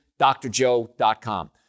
drjoe.com